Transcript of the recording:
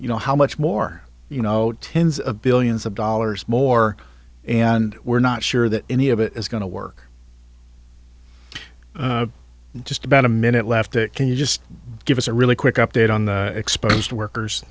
you know how much more you know tens of billions of dollars more and we're not sure that any of it is going to work just about a minute left can you just give us a really quick update on the exposed workers